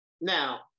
Now